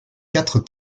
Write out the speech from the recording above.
quatre